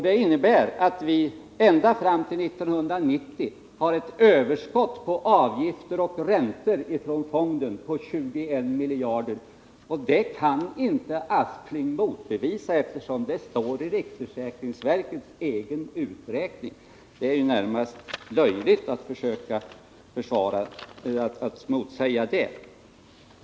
Det innebär att vi ända fram till 1990 har ett överskott av avgifter och räntor från fonden på 21 miljarder. Det kan inte Sven Aspling motbevisa — det står i riksförsäkringsverkets egen uträkning. Det är närmast löjligt att försöka bestrida det.